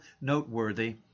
noteworthy